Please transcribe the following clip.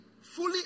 fully